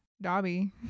Dobby